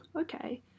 Okay